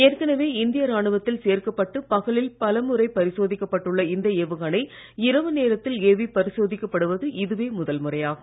ஏற்கனவே இந்திய ராணுவத்தில் சேர்க்கப்பட்டு பகலில் பலமுறை பரிசோதிக்கப் பட்டுள்ள இந்த ஏவுகணை இரவு நேரத்தில் ஏவிப் பரிசோதிக்கப்படுவது இதுவே முதல்முறையாகும்